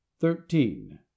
thirteen